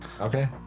Okay